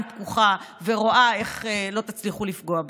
פקוחה ורואה איך לא תצליחו לפגוע בה.